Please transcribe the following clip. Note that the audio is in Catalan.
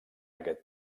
aquest